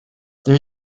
there